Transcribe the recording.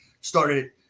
started